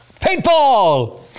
Paintball